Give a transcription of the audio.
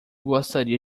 gostaria